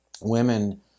women